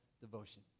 devotion